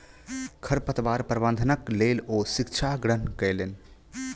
खरपतवार प्रबंधनक लेल ओ शिक्षा ग्रहण कयलैन